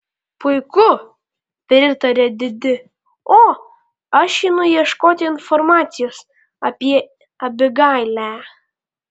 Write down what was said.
puiku pritarė didi o aš einu ieškoti informacijos apie abigailę